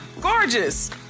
gorgeous